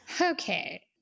Okay